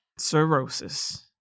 Cirrhosis